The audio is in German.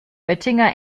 oettinger